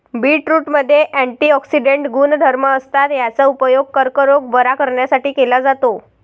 बीटरूटमध्ये अँटिऑक्सिडेंट गुणधर्म असतात, याचा उपयोग कर्करोग बरा करण्यासाठी केला जातो